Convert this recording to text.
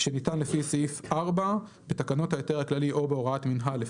"שניתן לפי סעיף 4 או בתקנות ההיתר הכללי או בהוראת מינהל,